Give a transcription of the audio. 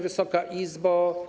Wysoka Izbo!